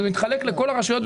זה מתחלק לכל הרשויות.